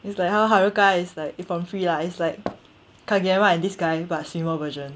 is like how is like from free lah is like is this guy but single version